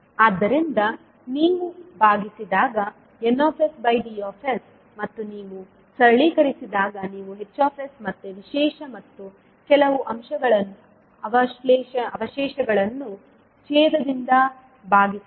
ಆದ್ದರಿಂದ ನೀವು ಭಾಗಿಸಿದಾಗ ND ಮತ್ತು ನೀವು ಸರಳೀಕರಿಸಿದಾಗ ನೀವು Hs ಮೊತ್ತ ವಿಶೇಷ ಮತ್ತು ಕೆಲವು ಅವಶೇಷಗಳನ್ನು ಛೇದದಿಂದ ಭಾಗಿಸಬಹುದು